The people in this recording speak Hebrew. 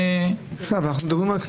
--- אפשר?